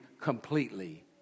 completely